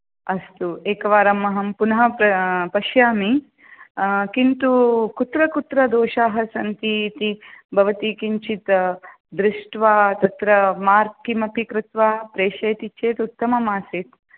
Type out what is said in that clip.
अस्तु एकवारमहं पुनः पश्यामि किन्तु कुत्र कुत्र दोषाः सन्ति इति भवती किञ्चित् दृष्ट्वा तत्र मार्क् किमपि कृत्वा प्रेषयति चेत् उत्तममासीत्